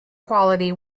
quality